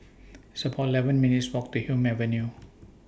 It's about eleven minutes' Walk to Hume Avenue